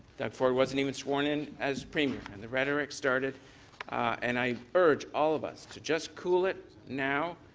doug ford wasn't even sworn in as premiere. and the rhetoric started and i urge all of us to just cool it now.